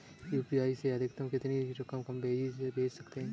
UPI से अधिकतम कितनी रकम भेज सकते हैं?